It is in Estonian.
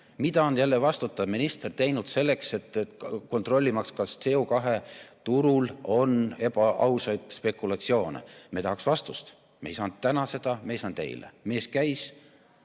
Mida on vastutav minister teinud selleks, et kontrollida, kas CO2turul on ebaausaid spekulatsioone? Me tahaksime vastust, aga me ei saanud seda täna, me ei saanud seda eile. Mees käis